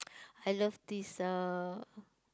I love this uh